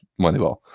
Moneyball